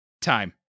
time